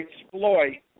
exploit